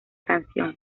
canción